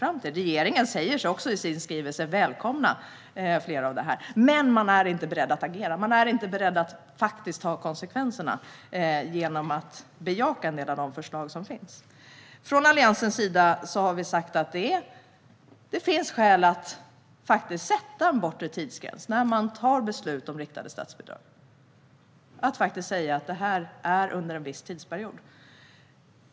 I sin skrivelse säger sig regeringen också välkomna flera av dessa, men man är inte beredd att agera och ta konsekvenserna genom att bejaka en del av de förslag som finns. Från Alliansens sida har vi sagt att det finns skäl att sätta en bortre tidsgräns när man tar beslut om riktade statsbidrag - att säga att detta gäller under en viss tidsperiod.